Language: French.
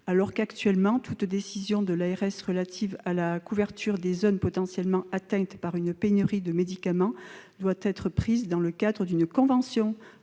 alors qu'actuellement toute décision de l'ARS relative à la couverture des zones potentiellement atteintes par une pénurie de médicaments doit être prise dans le cadre d'une convention avec